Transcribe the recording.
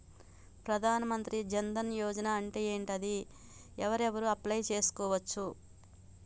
ప్రధాన మంత్రి జన్ ధన్ యోజన అంటే ఏంటిది? ఎవరెవరు అప్లయ్ చేస్కోవచ్చు?